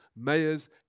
mayors